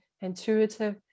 intuitive